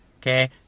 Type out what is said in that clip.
okay